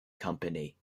company